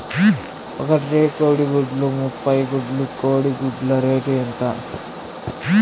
ఒక ట్రే కోడిగుడ్లు ముప్పై గుడ్లు కోడి గుడ్ల రేటు ఎంత?